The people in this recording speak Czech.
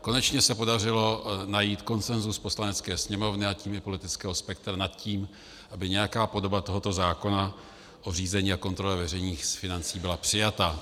Konečně se podařilo najít konsenzus v Poslanecké sněmovně, a tím i politického spektra nad tím, aby nějaká podoba tohoto zákona o řízení a kontrole veřejných financí byla přijata.